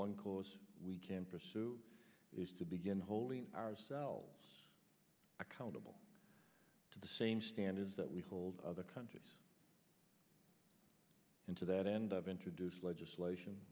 one course we can pursue is to begin holding ourselves accountable to the same standards that we hold other countries and to that end of introduce legislation